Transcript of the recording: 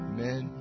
Amen